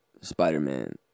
Spider-Man